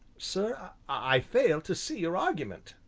sir, i fail to see your argument,